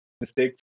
mistakes